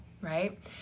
Right